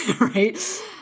right